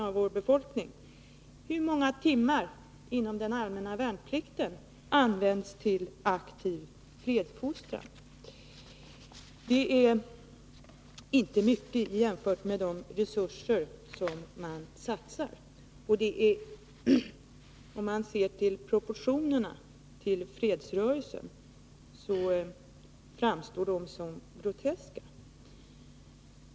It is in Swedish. Kan Lena Hjelm-Wallén svara på hur många timmar som används inom den allmänna värnplikten till aktiv fredsfostran? Det är inte mycket jämfört med de resurser man satsar på utbildningen. Och om vi ser på fredsrörelsens resurser, framstår proportionerna som groteska.